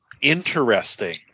interesting